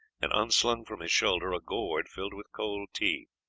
and unslung from his shoulder a gourd filled with cold tea.